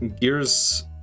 Gears